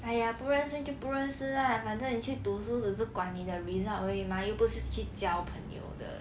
!aiya! 不认识就不认识 lah 反正你去读书只是管你的 result 而已 mah 又不是去交朋友的